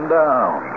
down